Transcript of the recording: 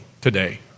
today